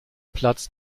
platz